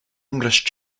english